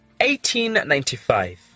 1895